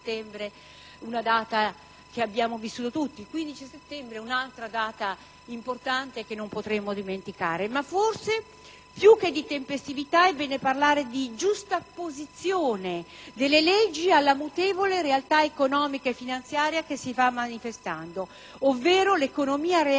15 settembre è un'altra data importante che non potremo dimenticare. Ma forse, più che di tempestività è bene parlare di giustapposizione delle leggi alla mutevole realtà economica e finanziaria che si va manifestando, ovvero l'economia reale